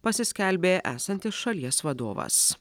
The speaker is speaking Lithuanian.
pasiskelbė esantis šalies vadovas